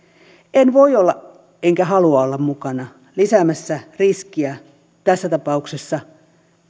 en voi olla enkä halua olla mukana lisäämässä riskiä tässä tapauksessa